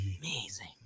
amazing